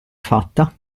fatta